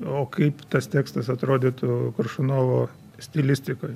o kaip tas tekstas atrodytų koršunovo stilistikoj